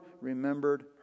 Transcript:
remembered